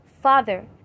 Father